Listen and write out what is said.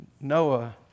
Noah